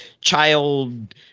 child